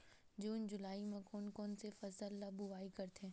जून जुलाई म कोन कौन से फसल ल बोआई करथे?